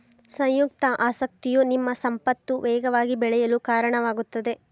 ಸಂಯುಕ್ತ ಆಸಕ್ತಿಯು ನಿಮ್ಮ ಸಂಪತ್ತು ವೇಗವಾಗಿ ಬೆಳೆಯಲು ಕಾರಣವಾಗುತ್ತದೆ